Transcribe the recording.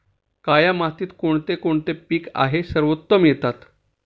काया मातीत कोणते कोणते पीक आहे सर्वोत्तम येतात?